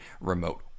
remote